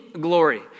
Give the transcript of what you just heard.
glory